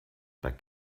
bei